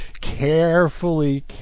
carefully